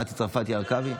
גם מטי צרפתי הרכבי?